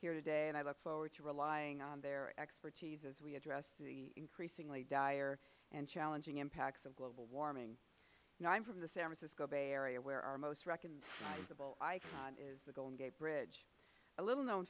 here today and i look forward to relying on their expertise as we address the increasingly dire and challenging impacts of global warming i am from the san francisco bay area where our most recognizable icon is the golden gate bridge a little known